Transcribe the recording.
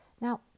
Now